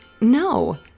No